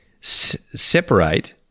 separate